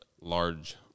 large